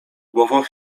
głową